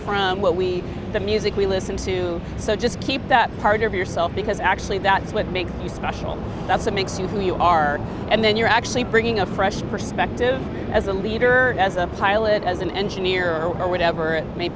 from what we the music we listen to so just keep that part of yourself because actually that's what makes you special that's what makes you who you are and then you're actually bringing a fresh perspective as a leader as a pilot as an engineer or whatever it may